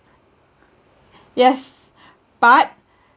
yes but